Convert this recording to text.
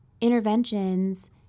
interventions